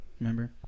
Remember